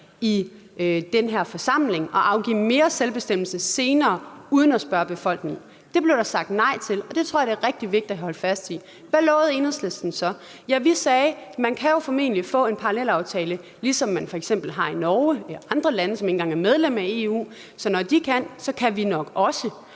i den her forsamling at afgive mere selvbestemmelse senere uden at spørge befolkningen. Det blev der sagt nej til, og det tror jeg er rigtig vigtigt at holde fast i. Hvad lovede Enhedslisten så? Ja, vi sagde: Man kan jo formentlig få en parallelaftale, ligesom man har i f.eks. Norge eller andre lande, som ikke engang er medlem af EU. Så når de kan, kan vi nok også.